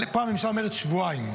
אבל פה הממשלה אומרת שבועיים.